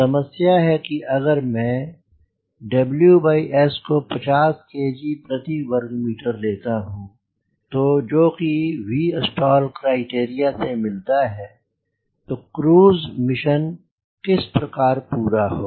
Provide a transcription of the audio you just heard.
समस्या है कि अगर मैं WS को 50 kg प्रति वर्ग मीटर लेता हूँ जो कि Vstall criteria से मिलता है तो क्रूज मिशन किस प्रकार पूरा होगा